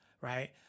right